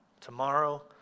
Tomorrow